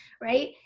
right